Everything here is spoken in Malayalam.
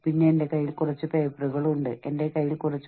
അതിനാൽ ഇനി നമുക്ക് നമ്മുടെ കാര്യത്തിലേക്ക് വരാം